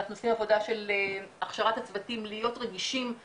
אנחנו עושים עבודה של הכשרת הצוותים להיות רגישים,